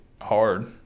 hard